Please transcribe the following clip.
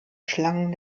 schlangen